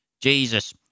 Jesus